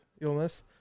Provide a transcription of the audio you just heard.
illness